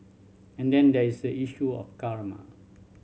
and then there is the issue of